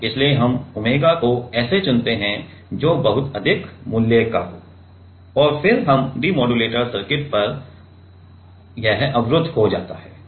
इसलिए हम ओमेगा को ऐसे चुनते हैं जो बहुत अधिक मूल्य का हो और फिर यह डिमोडुलेटर सर्किट पर अवरुद्ध हो जाता है